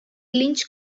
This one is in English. lynch